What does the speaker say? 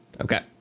Okay